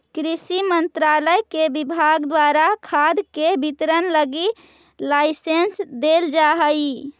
कृषि मंत्रालय के विभाग द्वारा खाद के वितरण लगी लाइसेंस देल जा हइ